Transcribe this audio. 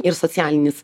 ir socialinis